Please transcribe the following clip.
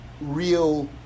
Real